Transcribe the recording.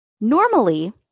Normally